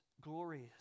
glorious